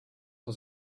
for